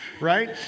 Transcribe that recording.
right